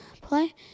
play